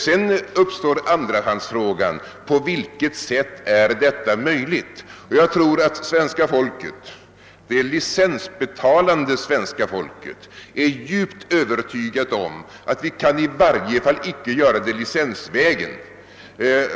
Sedan uppkommer andrahandsfrågan: På vilket sätt är detta möjligt? Jag tror att svenska folket — det licensbetalande folket — är djupt övertygat om att vi i varje fall icke kan göra det licensvägen.